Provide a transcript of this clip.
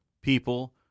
people